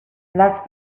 las